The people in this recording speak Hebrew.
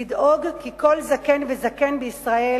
לדאוג כי כל זקן וזקן בישראל